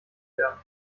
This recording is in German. werden